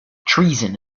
treason